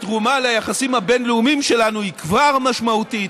התרומה ליחסים הבין-לאומיים שלנו היא כבר משמעותית.